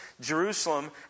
Jerusalem